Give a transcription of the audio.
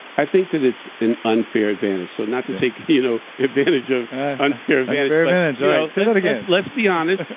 i think that it's an unfair advantage. so not to take you know advantage of unfair advantage yeah unfair advantage, right. say that again let's be honest.